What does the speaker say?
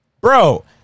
Bro